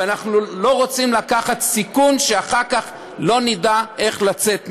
ואנחנו לא רוצים לקחת סיכון שאחר כך לא נדע איך לצאת ממנו.